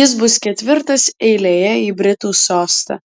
jis bus ketvirtas eilėje į britų sostą